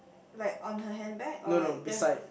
like on her handbag or like just